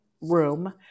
room